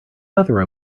weather